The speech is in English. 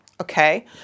okay